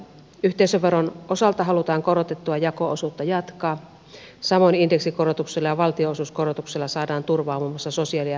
yhteisöveron osalta halutaan korotettua jako osuutta jatkaa samoin indeksikorotuksilla ja valtionosuuskorotuksilla saadaan turvaa muun muassa sosiaali ja terveyspalvelujen kehittämiseen